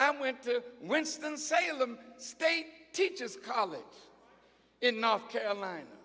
i went to winston salem state teacher's college in north carolina